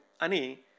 Ani